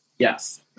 Yes